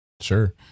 Sure